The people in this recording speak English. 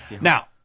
now